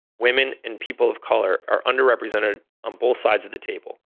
women and people of color are underrepresented on both sides of the table.